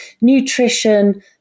Nutrition